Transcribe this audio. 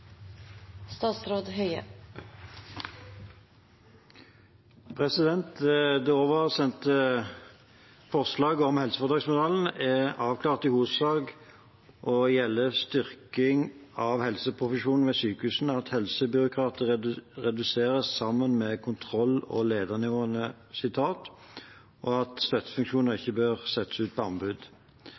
i hovedsak avklart og gjelder styrking av helseprofesjonen ved sykehusene, at helsebyråkratiet reduseres sammen med kontroll- og ledernivåene, og at støttefunksjoner ikke bør settes ut på anbud.